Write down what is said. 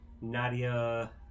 Nadia